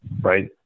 right